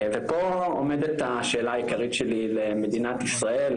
ופה עומדת השאלה העיקרית שלי למדינת ישראל,